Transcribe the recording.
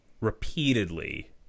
repeatedly